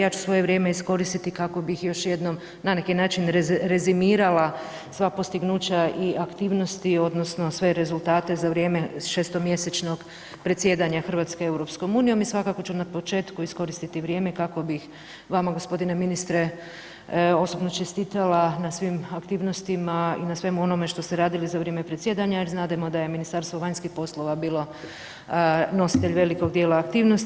Ja ću svoje vrijeme iskoristiti kako bih još jednom na neki način rezimirala svoja postignuća i aktivnosti odnosno svoje rezultate za vrijeme 6-mjesečnog predsjedanja RH EU i svakako ću na početku iskoristiti vrijeme kako bi vama g. ministre osobno čestitala na svim aktivnostima i na svemu onome što ste radili za vrijeme predsjedanja jer znademo da je Ministarstvo vanjskih poslova bilo nositelj velikog dijela aktivnosti.